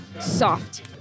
Soft